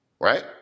Right